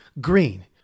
green